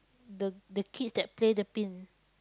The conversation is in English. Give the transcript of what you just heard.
the the kids that play the pin